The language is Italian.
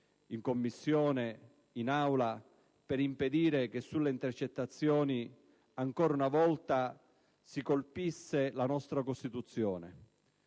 in Commissione, in Aula, per impedire che con il provvedimento sulle intercettazioni ancora una volta si colpisse la nostra Costituzione